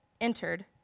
entered